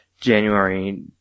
January